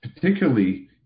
particularly